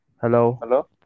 hello